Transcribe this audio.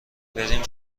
بریم